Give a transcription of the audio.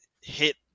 hit